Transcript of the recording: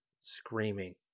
screaming